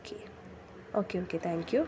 okay okay thank you